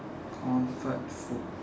comfort food